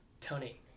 Tony